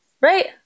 right